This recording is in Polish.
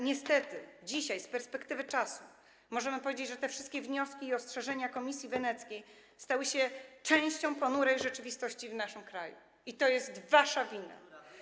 Niestety dzisiaj, z perspektywy czasu, możemy powiedzieć, że te wszystkie wnioski i ostrzeżenia Komisji Weneckiej stały się częścią ponurej rzeczywistości w naszym kraju, i to jest wasza wina.